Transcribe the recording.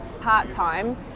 part-time